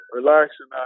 relaxing